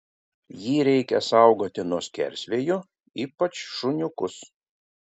jį reikia saugoti nuo skersvėjų ypač šuniukus